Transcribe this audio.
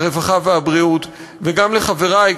הרווחה והבריאות וגם לחברי,